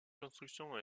construction